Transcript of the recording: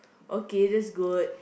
okay that's good